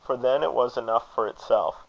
for then it was enough for itself.